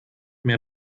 mir